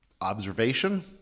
observation